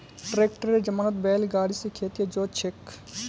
ट्रैक्टरेर जमानात बैल गाड़ी स खेत के जोत छेक